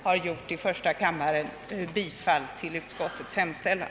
Jag ber att få yrka bifall till utskottets hemställan.